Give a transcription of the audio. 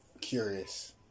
curious